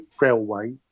railway